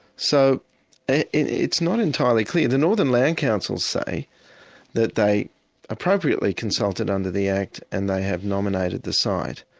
so it's not entirely clear. the northern land council say that they appropriately consulted under the act and they have nominated the site.